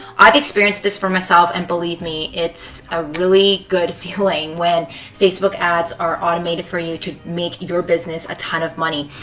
i've experienced this for myself and believe me, it's a really good feeling when facebook ads are automated for you to make your business a ton of money.